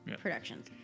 Productions